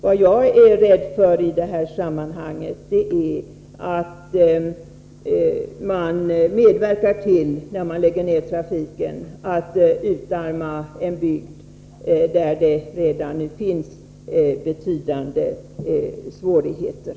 Vad jag är rädd för i det här sammanhanget är att man, när man lägger ner järnvägstrafiken, medverkar till att utarma en bygd där det redan nu finns betydande svårigheter.